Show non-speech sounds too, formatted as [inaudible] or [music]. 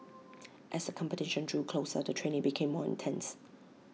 [noise] as the competition drew closer the training became more intense